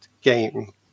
game